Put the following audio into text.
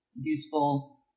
useful